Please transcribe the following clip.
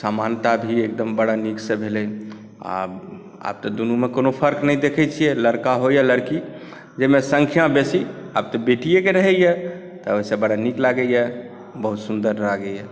समानता धीरे बड़ा नीकसँ भेलै आ आब तऽ दुनूमे कोनो फर्क नहि देखैत छियै लड़का हो या लड़की जाहिमे सङ्ख्या बेसी आब तऽ बेटीएक रहैए तऽ ओहिसँ बड़ा नीक लागैए बहुत सुन्दर लागैए